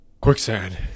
quicksand